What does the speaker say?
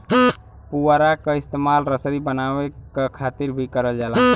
पुवरा क इस्तेमाल रसरी बनावे क खातिर भी करल जाला